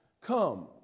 come